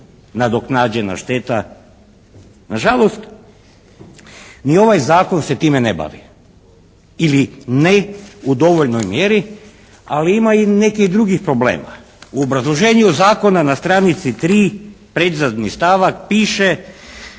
nadoknađena šteta. Nažalost, ni ovaj Zakon se time ne bavi ili ne u dovoljnoj mjeri ali ima i nekih drugih problema. U obrazloženju Zakona na stranici 3, predzadnji stavak piše